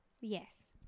Yes